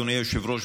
אדוני היושב-ראש,